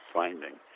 finding